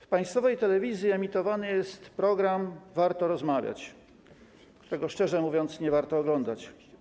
W państwowej telewizji emitowany jest program „Warto rozmawiać”, którego, szczerze mówiąc, nie warto oglądać.